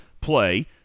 play